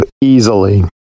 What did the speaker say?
easily